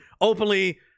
openly